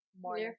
more